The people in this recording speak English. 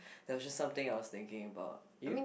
that was just something I was thinking about you